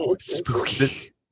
Spooky